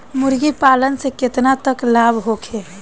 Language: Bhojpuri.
मुर्गी पालन से केतना तक लाभ होखे?